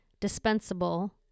dispensable